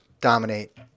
dominate